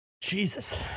Jesus